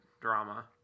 drama